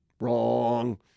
wrong